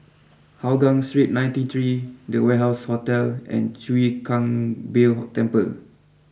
Hougang Street ninety three the Warehouse Hotel and Chwee Kang Beo Temple